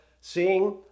seeing